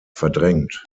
verdrängt